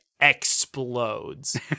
explodes